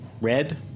red